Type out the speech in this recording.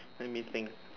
let me think